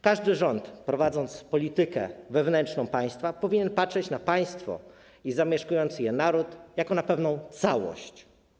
Każdy rząd, prowadząc politykę wewnętrzną państwa, powinien patrzeć na państwo i zamieszkujący je naród jako na pewną całość.